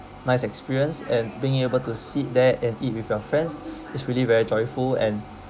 nice experience and being able to sit there and eat with your friends is really very joyful and